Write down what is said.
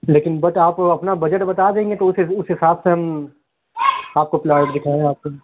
لیکن بٹ آپ اپنا بجٹ بتا دیں گے تو اُس اُس حساب سے ہم آپ کو پلاؤٹ دکھائیں آپ کو بھی